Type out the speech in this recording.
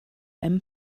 einem